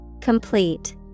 Complete